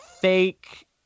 fake